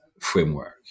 framework